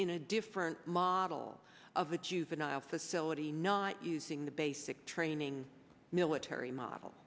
in a different model of a juvenile facility not using the basic training military model